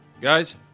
guys